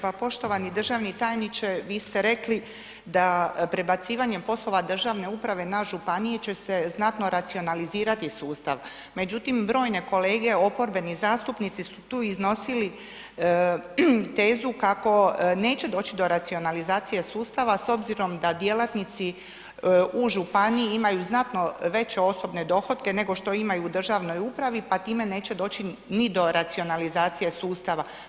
Pa poštovani državni tajniče, vi ste rekli da prebacivanjem poslova državne uprave na županije će se znatno racionalizirati sustav međutim brojne kolege oporbeni zastupnici su tu iznosili tezu kako neće doći do racionalizacije sustava s obzirom da djelatnici u županiji imaju znatno veće osobne dohotke nego što imaju u državnoj upravi p time neće doći ni do racionalizacije sustava.